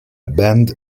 band